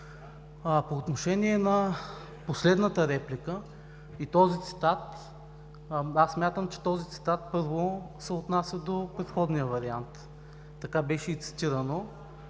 По отношение на последната реплика и този цитат, аз смятам, първо, че този цитат се отнася до предходния вариант. Така беше и цитиран.